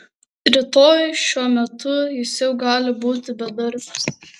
rytoj šiuo metu jis jau gali būti bedarbis